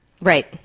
Right